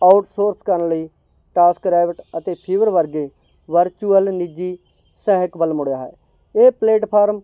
outsource ਕਰਨ ਲਈ TaskRabbit ਅਤੇ ਫੀਵਰ ਵਰਗੇ ਵਰਚੁਅਲ ਨਿੱਜੀ ਸਹਾਇਕ ਵੱਲ ਮੁੜਿਆ ਹੈ ਇਹ ਪਲੇਟਫਾਰਮ